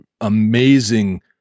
amazing